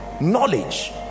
knowledge